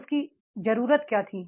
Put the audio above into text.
उसकी जरूरत क्या थी